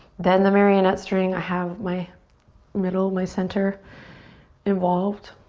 then the marionette string. i have my middle, my center involved.